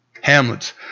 Hamlet's